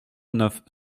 neuf